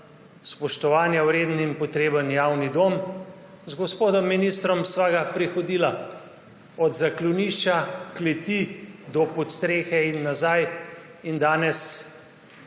spoštovanja vreden in potreben javni dom. Z gospodom ministrom sva ga prehodila od zaklonišča, kleti do podstrehe in nazaj. Danes